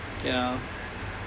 ya